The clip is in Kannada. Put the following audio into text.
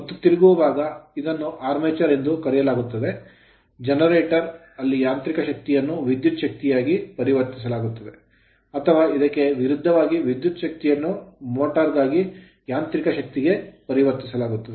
ಮತ್ತು ತಿರುಗುವ ಭಾಗ ಇದನ್ನು armature ಆರ್ಮೇಚರ್ ಎಂದು ಕರೆಯಲಾಗುತ್ತದೆ generator ಜನರೇಟರ್ ಅಲ್ಲಿ ಯಾಂತ್ರಿಕ ಶಕ್ತಿಯನ್ನು ವಿದ್ಯುತ್ ಶಕ್ತಿಯಾಗಿ ಪರಿವರ್ತಿಸಲಾಗುತ್ತದೆ ಅಥವಾ ಇದಕ್ಕೆ ವಿರುದ್ಧವಾಗಿ ವಿದ್ಯುತ್ ಶಕ್ತಿಯನ್ನು motor ಮೋಟರ್ ಗಾಗಿ ಯಾಂತ್ರಿಕ ಶಕ್ತಿಗೆ ಪರಿವರ್ತಿಸಲಾಗುತ್ತದೆ